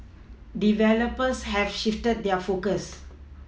developers have shifted their focus